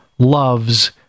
loves